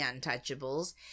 Untouchables